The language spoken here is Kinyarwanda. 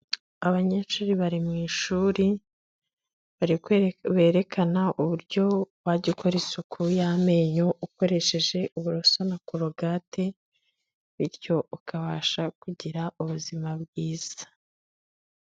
Abanyeshuri bari mu ishuri berekana uburyo wajya ukora isuku y'amenyo ukoresheje uburoso na corogate, bityo ukabasha kugira ubuzima bwiza.